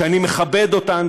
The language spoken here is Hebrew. שאני מכבד אותן,